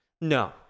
No